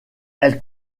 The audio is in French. elle